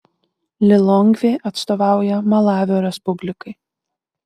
lilongvė atstovauja malavio respublikai